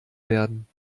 werden